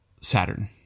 Saturn